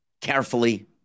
carefully